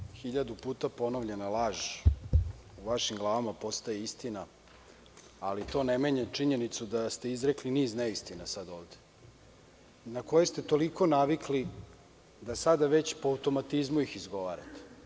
Istine radi, hiljadu puta ponovljena laž u vašim glavama postaje istina, ali to ne menja činjenicu da ste izrekli niz neistina sad ovde na koje ste toliko navikli da sada već po automatizmu ih izgovarate.